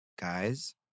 guys